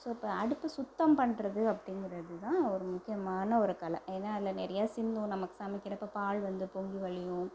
so இப்போ அடுப்பு சுத்தம் பண்ணுறது அப்படிங்கறது தான் ஒரு முக்கியமான ஒரு கலை ஏன்னா அதில் நிறைய சிந்தும் நம்ம சமைக்கிறப்ப பால் வந்து பொங்கி வழியும்